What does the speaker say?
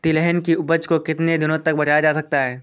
तिलहन की उपज को कितनी दिनों तक बचाया जा सकता है?